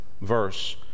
verse